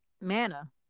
manna